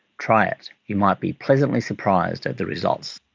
try it, you might be pleasantly surprised at the results.